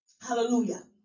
Hallelujah